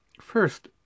First